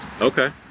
Okay